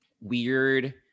weird